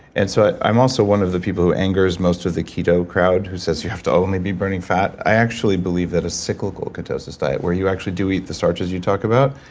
and so i'm also one of the people who angers most with the keto crowd, who says you have to only be burning fat. i actually believe that a cyclical ketosis diet, where you actually do eat the starches you talk about.